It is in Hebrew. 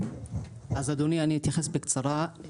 אז אדוני אני אתייחס בקצרה,